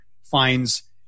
finds